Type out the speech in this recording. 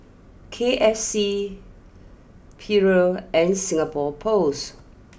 K I C Perrier and Singapore post